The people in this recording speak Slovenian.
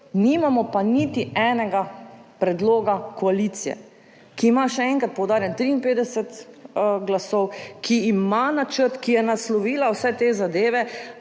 nimamo pa niti enega predloga koalicije, ki ima, še enkrat poudarjam, 53 glasov, ki ima načrt, ki je naslovila vse te zadeve,